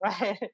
Right